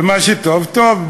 ומה שטוב, טוב.